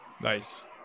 Nice